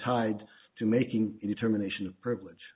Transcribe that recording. tied to making a determination of privilege